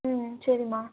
ம் சரிம்மா